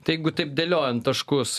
tai jeigu taip dėliojant taškus